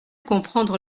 comprendre